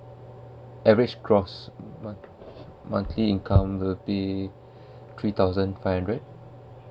average gross mon~ monthly income will be three thousand five hundred